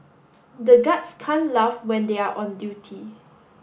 the guards can't laugh when they are on duty